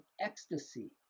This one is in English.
ecstasy